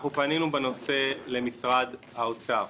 אנחנו פנינו בנושא למשרד האוצר,